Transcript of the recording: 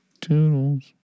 Toodles